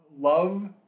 love